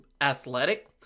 athletic